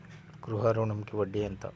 గృహ ఋణంకి వడ్డీ ఎంత?